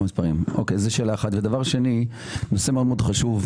דבר שני, נושא חשוב מאוד,